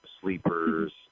Sleepers